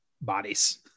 bodies